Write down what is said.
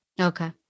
Okay